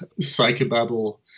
psychobabble